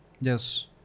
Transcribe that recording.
yes